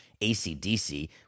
ACDC